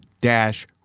dash